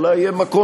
אולי יהיה מקום,